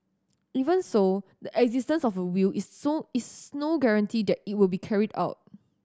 even so the existence of a will is so is no guarantee that it will be carried out